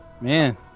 Man